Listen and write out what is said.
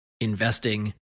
investing